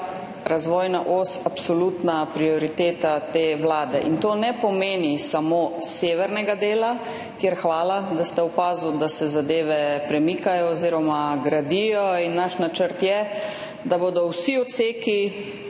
razvojna os absolutna prioriteta te vlade. To ne pomeni samo severnega dela, kjer hvala, da ste opazili, da se zadeve premikajo oziroma gradijo. Naš načrt je, da bodo vsi odseki